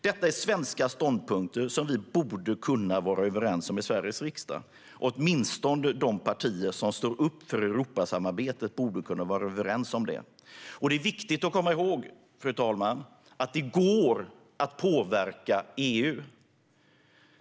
Detta är svenska ståndpunkter som vi borde kunna vara överens om i Sveriges riksdag. Åtminstone borde de partier som står upp för Europasamarbetet kunna vara överens. Det är viktigt att komma ihåg att det går att påverka EU.